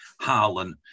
Harlan